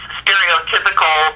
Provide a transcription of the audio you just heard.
stereotypical